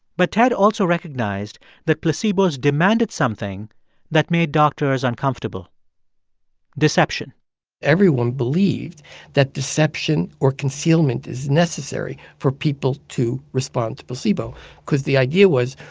but ted also recognized that placebos demanded something that made doctors uncomfortable deception everyone believed that deception or concealment is necessary for people to respond to placebo because the idea was,